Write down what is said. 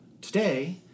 Today